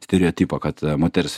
stereotipą kad moters